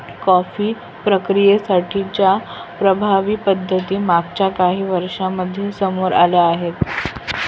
coffee प्रक्रियेसाठी च्या प्रभावी पद्धती मागच्या काही वर्षांमध्ये समोर आल्या आहेत